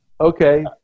Okay